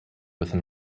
within